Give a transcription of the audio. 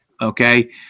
okay